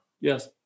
Yes